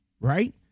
right